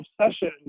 obsession